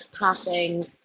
passing